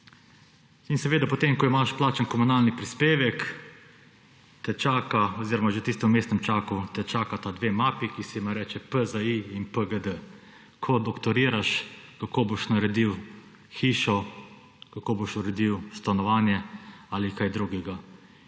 In seveda, potem ko imaš plačan komunalni prispevek, te čaka oziroma že v tistem vmesnem času te čakata dve mapi, ki se jima reče PZI in PGD. Ko doktoriraš, kako boš naredil hišo, kako boš uredil stanovanje ali kaj drugega